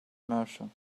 merchant